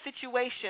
situation